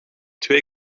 twee